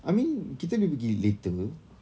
I mean kita boleh pergi later